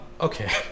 Okay